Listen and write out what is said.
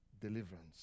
deliverance